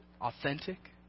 authentic